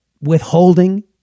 withholding